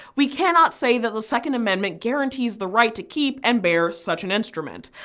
we cannot say that the second amendment guarantees the right to keep and bear such an instrument.